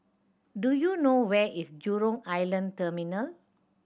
do you know where is Jurong Island Terminal